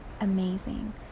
amazing